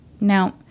Now